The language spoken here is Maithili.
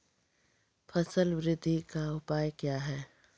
फसल बृद्धि का उपाय क्या हैं?